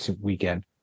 weekend